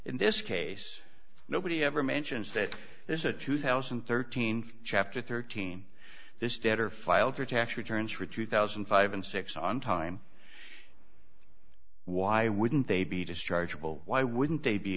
in this case nobody ever mentions that there's a two thousand and thirteen chapter thirteen this debtor filed for tax returns for two thousand and five and six dollars on time why wouldn't they be discharged why wouldn't they be